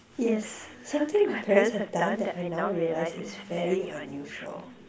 yes something my parents have done that I now realise is fairly unusual